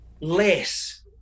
less